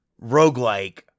roguelike